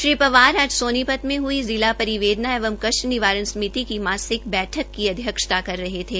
श्री पंवार आज सोनीपत में हई जिला एवं कष्ट निवारण समिति का मासिक बैठक की अध्यक्षता कर रहे थे